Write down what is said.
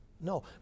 no